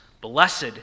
blessed